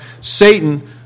Satan